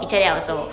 oh okay